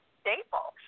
staple